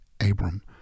Abram